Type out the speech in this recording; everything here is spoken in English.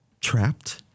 trapped